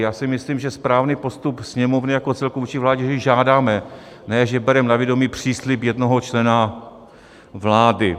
Já si myslím, že správný postup Sněmovny jako celku vůči vládě je, že ji žádáme, ne že bereme na vědomí příslib jednoho člena vlády.